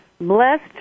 blessed